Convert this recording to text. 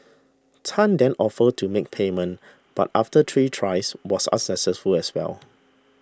Tan then offered to make payment but after three tries was unsuccessful as well